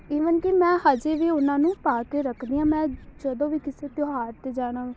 even ਕਿ ਮੈਂ ਹਜੇ ਵੀ ਉਹਨਾਂ ਨੂੰ ਪਾ ਕੇ ਰੱਖਦੀ ਹਾਂ ਮੈਂ ਜਦੋਂ ਵੀ ਕਿਸੇ ਤਿਉਹਾਰ 'ਤੇ ਜਾਣਾ